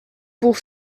pour